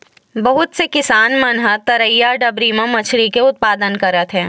बहुत से किसान मन ह तरईया, डबरी म मछरी के उत्पादन करत हे